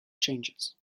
changes